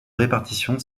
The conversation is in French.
répartition